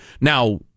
Now